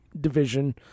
division